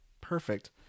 perfect